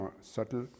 subtle